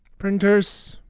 printers